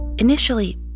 Initially